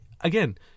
again